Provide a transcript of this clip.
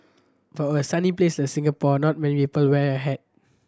for a sunny place like Singapore not many people wear a hat